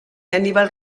aníbal